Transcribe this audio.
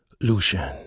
Lucian